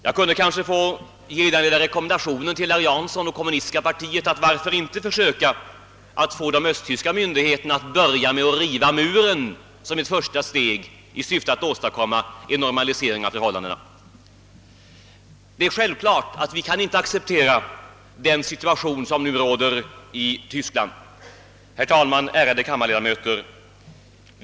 Jag kunde kanske få ge den rekommendationen till herr Jansson och kommunistiska partiet att de försöker få de östtyska myndigheterna att börja med att riva muren som ett första steg i syfte att åstadkomma cen normalisering av förhållandena. Det är självklart att vi inte kan acceptera den situation som nu råder i Tyskland. Herr talman, ärade kammarledamöter!